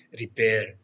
repair